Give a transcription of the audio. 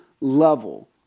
level